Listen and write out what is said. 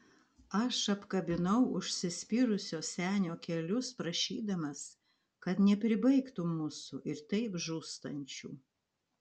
aš apkabinau užsispyrusio senio kelius prašydamas kad nepribaigtų mūsų ir taip žūstančių